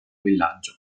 villaggio